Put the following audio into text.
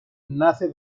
nace